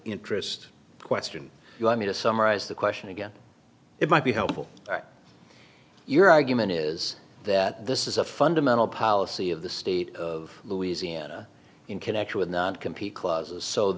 interest question you want me to summarize the question again it might be helpful that your argument is that this is a fundamental policy of the state of louisiana in connection with not compete clauses so